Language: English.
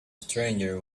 stranger